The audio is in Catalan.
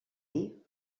dir